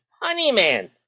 Honeyman